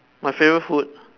my favourite food